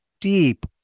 deep